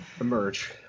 emerge